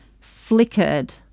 flickered